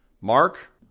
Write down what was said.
Mark